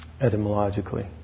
etymologically